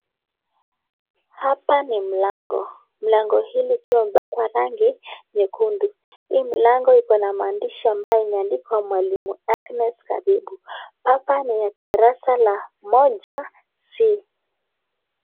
Hapa ni mlango mlango hii ikiwa imepakwa rangi nyekundu hii mlango iko na maandishi ambayo imeandikwa mwalimu Agnes karibu hapa ni darasa ya moja c.